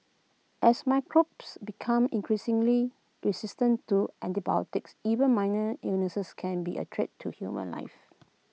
as microbes become increasingly resistant to antibiotics even minor illnesses can be A threat to human life